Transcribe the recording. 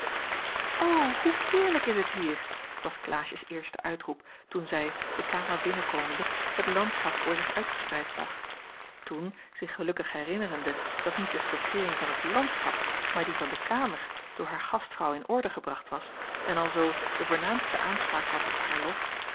hoe heerlijk is het hier was klaasjes eerste uitroep toen zij de kamer binnenkomende het landschap voor zich uitgespreid zag toen zich gelukkig herinnerende dat niet de stoffeering van het landschap maar die van de kamer door haar gastvrouw in orde gebracht was en alzoo de voornaamste aanspraak had op haar lof